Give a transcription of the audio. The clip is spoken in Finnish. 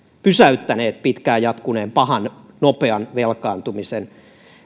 pysäyttäneet pitkään jatkuneen pahan nopean velkaantumisen